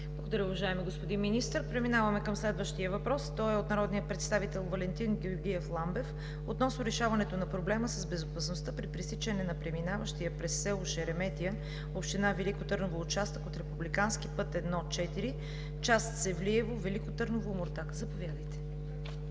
Благодаря, уважаеми господин Министър. Преминаваме към следващия въпрос. Той е от народния представител Валентин Георгиев Ламбев относно решаването на проблема с безопасността при пресичане на преминаващия през село Шереметя, Община Велико Търново участък от Републикански път I-4, част Севлиево – Велико Търново – Омуртаг. Заповядайте.